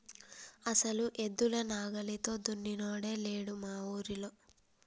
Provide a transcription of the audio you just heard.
అసలు ఎద్దుల నాగలితో దున్నినోడే లేడు మా ఊరిలో